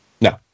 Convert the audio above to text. No